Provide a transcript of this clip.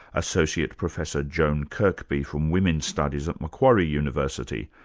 associate professor joan kirkby from women's studies at macquarie university.